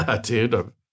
Dude